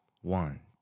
One